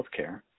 healthcare